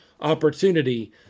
opportunity